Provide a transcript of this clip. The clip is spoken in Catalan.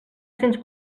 cents